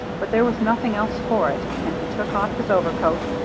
but there was nothing else for it, and he took off his overcoat,